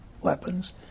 weapons